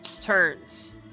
turns